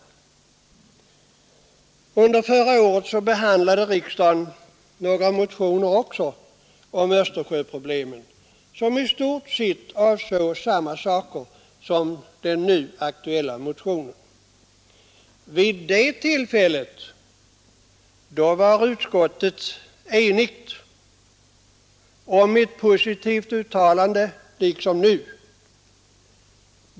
Också under förra året behandlade riksdagen några motioner om Östersjöproblemet, vilka i stort sett avsåg samma saker som den nu aktuella motionen. Vid det tillfället var utskottet enigt om ett positivt uttalande.